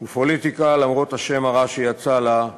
ופוליטיקה, למרות השם הרע שיצא לה,